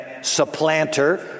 supplanter